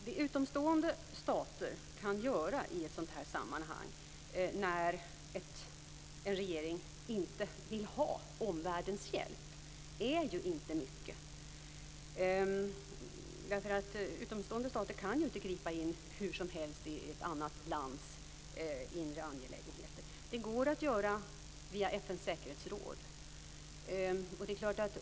Vad utomstående stater kan göra när en regering inte vill ha omvärldens hjälp är ju inte mycket, därför att utomstående stater kan ju inte gripa in hur som helst i ett annat lands inre angelägenheter. Det går att göra det via FN:s säkerhetsråd.